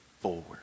forward